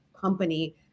company